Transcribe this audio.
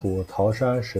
安土桃山时代